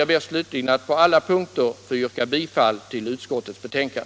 Jag ber slutligen att på alla punkter få yrka bifall till utskottets hemställan.